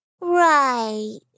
Right